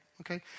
okay